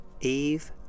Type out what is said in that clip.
Eve